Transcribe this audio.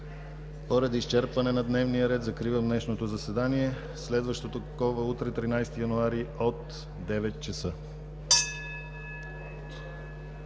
Поради изчерпване на дневния ред закривам днешното заседание. Следващо такова – утре, 13 януари, от 9,00 ч.